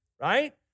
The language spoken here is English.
right